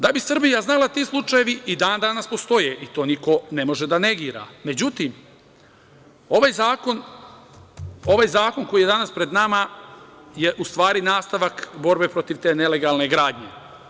Da bi Srbija znala, ti slučajevi i dan danas postoje i to niko ne može da negira, međutim, ovaj zakon koji je danas pred nama je u stvari nastavak borbe protiv te nelegalne gradnje.